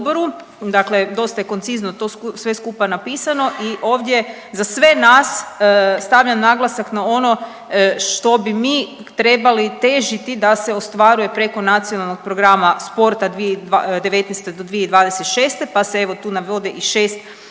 Dakle, dosta je koncizno to sve skupa napisano i ovdje za sve nas stavlja naglasak na ono što bi mi trebali težiti da se ostvaruje preko Nacionalnog programa sporta 2019. do 2026. pa se evo tu navode i 6